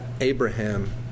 Abraham